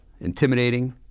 intimidating